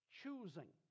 choosing